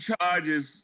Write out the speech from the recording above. charges